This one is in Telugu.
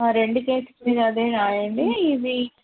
రెండు కేక్స్ మీద అదే రాయండి ఇది